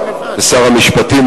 לשר המשפטים,